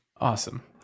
Awesome